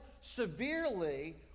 severely